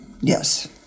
yes